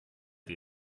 die